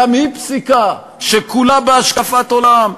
גם היא פסיקה שכולה בהשקפת עולם,